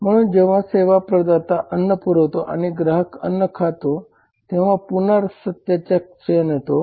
म्हणून जेव्हा सेवा प्रदाता अन्न पुरवतो आणि ग्राहक अन्न खातो तेव्हा पुन्हा सत्याचा क्षण येतो